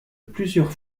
plusieurs